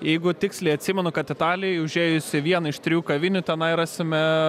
jeigu tiksliai atsimenu kad italijoj užėjus į vieną iš trijų kavinių tenai rasime